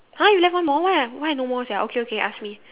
!huh! you left one more why I why I no more sia okay okay ask me